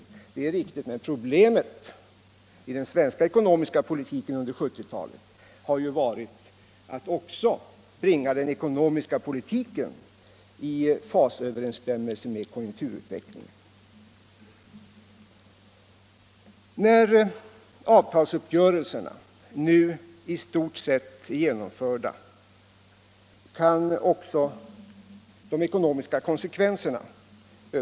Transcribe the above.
Det är visserligen riktigt, men problemet i den svenska ekonomiska politiken under 1970-talet har ju varit att också bringa den ekonomiska politiken i fasöverensstämmelse med konjunkturutvecklingen. När avtalsuppgörelserna nu i stort sett är genomförda kan man också överblicka de ekonomiska konsekvenserna.